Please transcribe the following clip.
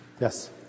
Yes